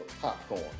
popcorn